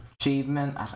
achievement